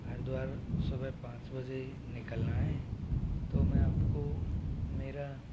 हरिद्वार सुबह पाँच बजे निकलना है तो मैं आपको मेरा